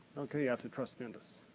okay? you have to trust me on this.